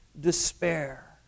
despair